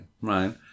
right